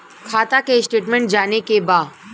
खाता के स्टेटमेंट जाने के बा?